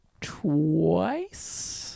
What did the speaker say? twice